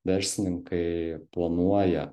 verslininkai planuoja